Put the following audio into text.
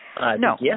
No